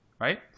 right